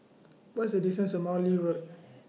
What IS distance to Morley Road